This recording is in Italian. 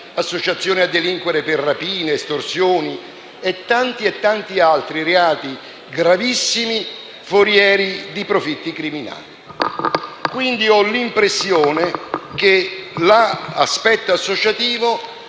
associazioni a delinquere per rapine, estorsioni e tanti altri reati gravissimi forieri di profitti criminali? Ho quindi l'impressione che l'aspetto associativo